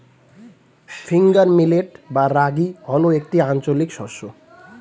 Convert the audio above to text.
finger millet বা রাগী হল একটি আঞ্চলিক শস্য